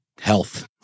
Health